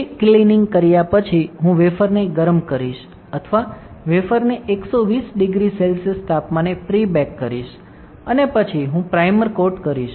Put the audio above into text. free cleaning કર્યા પછી હું વેફરને ગરમ કરીશ અથવા વેફરને 1200 સે તાપમાને પ્રિ બેક કરીશ અને પછી હું પ્રાઇમર કોટ કરીશ